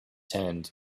hand